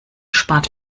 spart